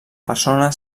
persona